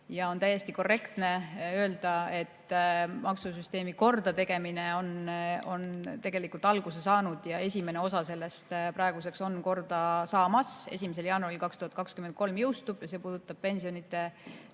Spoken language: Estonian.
On täiesti korrektne öelda, et maksusüsteemi kordategemine on tegelikult alguse saanud ja esimene osa sellest on korda saamas, 1. jaanuaril 2023 see jõustub. See puudutab pensionide